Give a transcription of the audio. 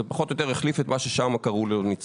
זה פחות או יותר יחליף את מה ששם קראו לו נצרך.